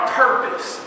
purpose